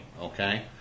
okay